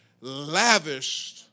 Lavished